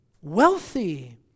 wealthy